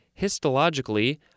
histologically